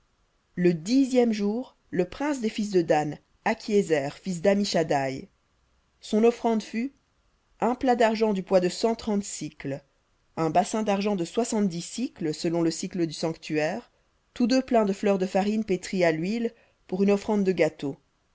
le dixième jour le prince des fils de dan akhiézer fils dammishaddaï son offrande fut un plat d'argent du poids de cent trente un bassin d'argent de soixante-dix sicles selon le sicle du sanctuaire tous deux pleins de fleur de farine pétrie à l'huile pour une offrande de gâteau